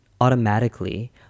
automatically